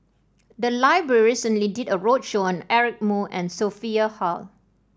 the library recently did a roadshow on Eric Moo and Sophia Hull